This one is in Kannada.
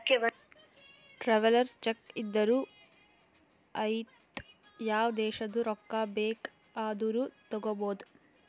ಟ್ರಾವೆಲರ್ಸ್ ಚೆಕ್ ಇದ್ದೂರು ಐಯ್ತ ಯಾವ ದೇಶದು ರೊಕ್ಕಾ ಬೇಕ್ ಆದೂರು ತಗೋಬೋದ